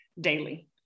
daily